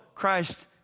Christ